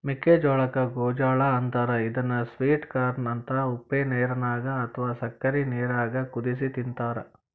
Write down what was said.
ಮೆಕ್ಕಿಜೋಳಕ್ಕ ಗೋಂಜಾಳ ಅಂತಾರ ಇದನ್ನ ಸ್ವೇಟ್ ಕಾರ್ನ ಅಂತ ಉಪ್ಪನೇರಾಗ ಅತ್ವಾ ಸಕ್ಕರಿ ನೇರಾಗ ಕುದಿಸಿ ತಿಂತಾರ